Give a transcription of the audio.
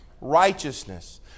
righteousness